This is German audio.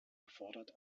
erfordert